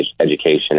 education